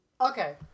Okay